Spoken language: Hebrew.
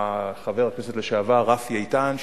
חבר הכנסת לשעבר רפי איתן,